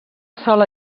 sola